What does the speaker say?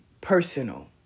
personal